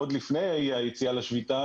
עוד לפני היציאה לשביתה,